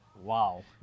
wow